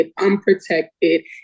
unprotected